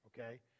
okay